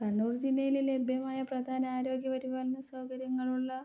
കണ്ണൂർ ജില്ലയിൽ ലഭ്യമായ പ്രധാന ആരോഗ്യപരിപാലന സൗകര്യങ്ങളുള്ള